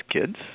Kids